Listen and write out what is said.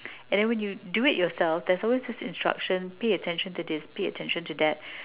and then when you do it yourself there's always this instruction pay attention to this pay attention to that